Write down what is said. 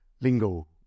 Lingo